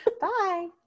Bye